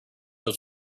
was